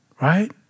Right